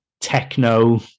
techno